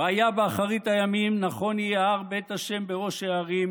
"והיה באחרית הימים נכון יהיה הר בית ה' בראשי ההרים